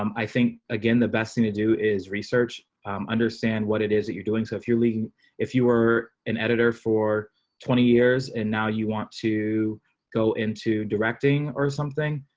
um i think, again, the best thing to do is research understand what it is that you're doing. so if you're leading if you were an editor for twenty years and now you want to go into directing or something.